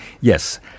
Yes